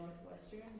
Northwestern